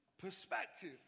perspective